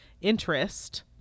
interest